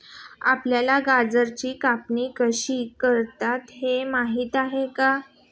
आपल्याला गांजाची कापणी कशी करतात हे माहीत आहे का?